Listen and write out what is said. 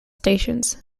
stations